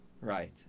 right